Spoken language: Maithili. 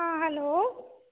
हँ हेलो